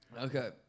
Okay